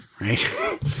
right